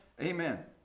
Amen